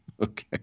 Okay